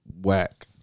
whack